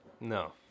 no